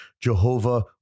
Jehovah